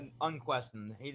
Unquestioned